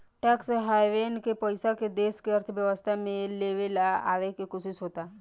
tax haven के पइसा के देश के अर्थव्यवस्था में ले आवे के कोशिस होता